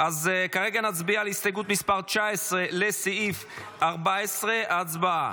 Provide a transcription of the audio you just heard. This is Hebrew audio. כרגע נצביע על הסתייגות 19 לסעיף 14. הצבעה.